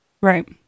Right